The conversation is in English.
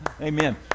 Amen